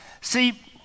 See